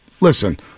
Listen